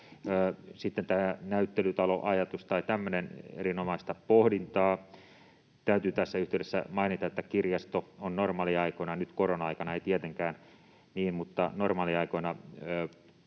Sitten tämä näyttelytaloajatus tai tämmöinen — erinomaista pohdintaa. Täytyy tässä yhteydessä mainita, että kirjasto on normaaliaikoina — nyt korona-aikana ei tietenkään niinkään, mutta normaaliaikoina